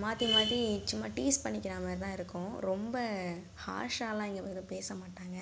மாற்றி மாற்றி சும்மா டீஸ் பண்ணிக்கிறா மாதிரி தான் இருக்கும் ரொம்ப ஹார்ஷாயெல்லாம் இங்கே எதுவும் பேச மாட்டாங்க